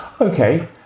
Okay